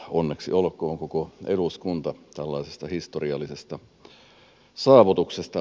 onneksi olkoon koko eduskunta tällaisesta historiallisesta saavutuksesta